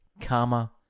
karma